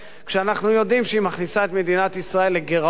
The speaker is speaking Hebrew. כשאנחנו יודעים שהיא מכניסה את מדינת ישראל לגירעון